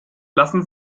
lassen